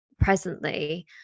presently